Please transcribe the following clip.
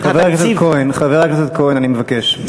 ואת התקציב, חבר הכנסת כהן, אני מבקש,